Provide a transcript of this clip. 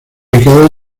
ubicada